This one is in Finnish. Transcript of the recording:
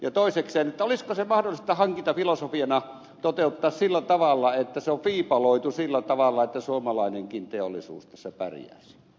ja toisekseen olisiko se mahdollista hankintafilosofiana toteuttaa sillä tavalla että se on viipaloitu niin että suomalainenkin teollisuus tässä pärjäisi